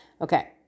Okay